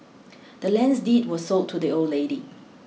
the land's deed was sold to the old lady